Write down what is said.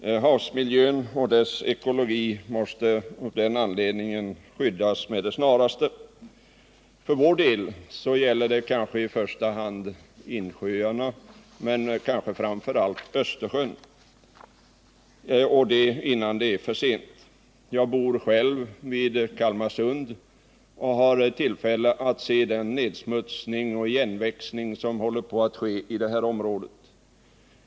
Havsmiljön och dess ekologi måste därför skyddas med det snaraste. För vår del gäller det att skydda insjöarna men kanske framför allt Östersjön — och innan det är för sent. Jag bor själv vid Kalmarsund och har tillfälle att se den nedsmutsning och igenväxning som pågår i detta område.